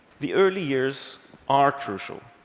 the early years are crucial.